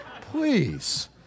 please